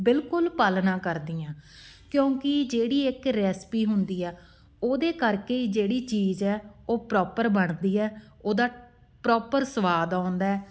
ਬਿਲਕੁਲ ਪਾਲਣਾ ਕਰਦੀ ਹਾਂ ਕਿਉਂਕਿ ਜਿਹੜੀ ਇੱਕ ਰੈਸਪੀ ਹੁੰਦੀ ਹੈ ਉਹਦੇ ਕਰਕੇ ਹੀ ਜਿਹੜੀ ਚੀਜ਼ ਹੈ ਉਹ ਪ੍ਰੋਪਰ ਬਣਦੀ ਹੈ ਉਹਦਾ ਪ੍ਰੋਪਰ ਸਵਾਦ ਆਉਂਦਾ